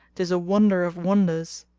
tis a wonder of wonders!